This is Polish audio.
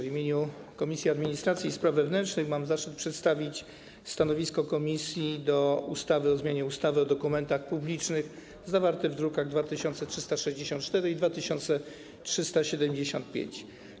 W imieniu Komisji Administracji i Spraw Wewnętrznych mam zaszczyt przedstawić stanowisko komisji wobec ustawy o zmianie ustawy o dokumentach publicznych, druki nr 2364 i 2375.